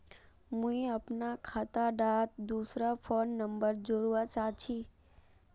मुई अपना खाता डात दूसरा फोन नंबर जोड़वा चाहची?